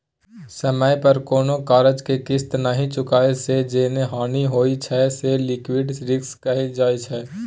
समय पर कोनो करजा केँ किस्त नहि चुकेला सँ जे हानि होइ छै से लिक्विडिटी रिस्क कहाइ छै